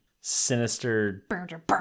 sinister